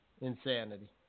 Insanity